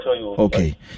okay